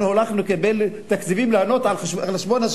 אנחנו הלכנו לקבל תקציבים לענות על חשבון,